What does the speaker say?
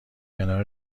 کنار